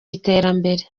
iterambere